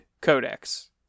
codex